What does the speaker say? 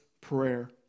prayer